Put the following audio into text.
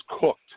cooked